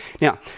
Now